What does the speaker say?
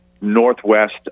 northwest